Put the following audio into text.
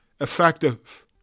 effective